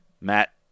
Matt